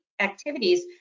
activities